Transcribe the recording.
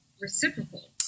reciprocal